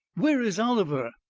where is oliver?